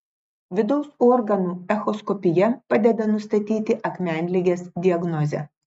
vidaus organų echoskopija padeda nustatyti akmenligės diagnozę